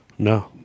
No